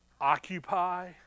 occupy